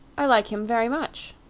i like him very much.